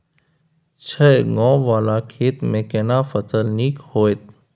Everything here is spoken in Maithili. छै ॉंव वाला खेत में केना फसल नीक होयत?